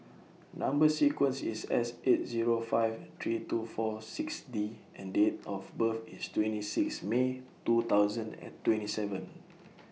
Number sequence IS S eight Zero five three two four six D and Date of birth IS twenty six May two thousand and twenty seven